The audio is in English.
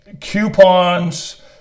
coupons